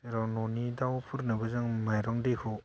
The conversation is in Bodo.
र' न'नि दावफोरनोबो जों माइरं दैखौ